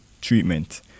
treatment